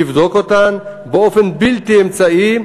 תבדוק אותן באופן בלתי אמצעי,